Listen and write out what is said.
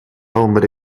ombre